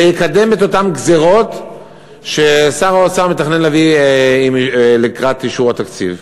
זה יקדם את אותן גזירות ששר האוצר מתכנן להביא לקראת אישור התקציב.